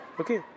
okay